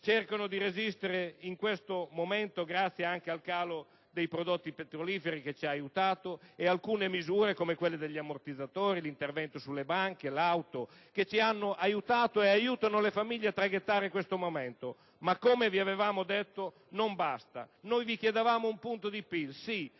cercano di resistere in questo momento, anche grazie al calo dei prodotti petroliferi e ad alcune misure (come gli ammortizzatori, l'intervento sulle banche, l'auto) che ci hanno aiutato ed aiutano le famiglie a traghettare oltre questo momento. Ma, come vi avevamo detto, non basta! Noi vi chiedevamo un punto di PIL,